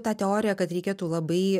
ta teorija kad reikėtų labai